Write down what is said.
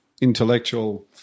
intellectual